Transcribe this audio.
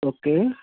okay